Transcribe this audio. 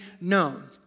known